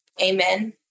Amen